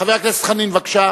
חבר הכנסת חנין, בבקשה.